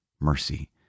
mercy